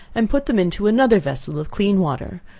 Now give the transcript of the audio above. and put them into another vessel of clean water,